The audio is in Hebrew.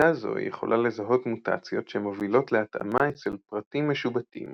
שיטה זו יכולה לזהות מוטציות שמובילות להתאמה אצל פרטים משובטים